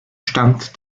stand